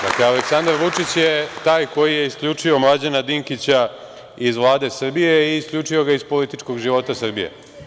Dakle, Aleksandar Vučić je taj koji je isključio Mlađana Dinkića iz Vlade Srbije i isključio ga iz političkog života Srbije.